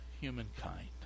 humankind